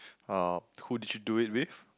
who did you do it with